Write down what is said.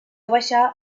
baixar